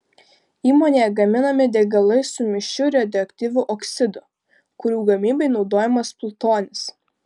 įmonėje gaminami degalai su mišriu radioaktyviu oksidu kurių gamybai naudojamas plutonis